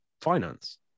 finance